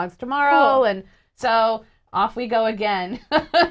logs tomorrow and so off we go again